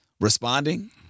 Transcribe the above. responding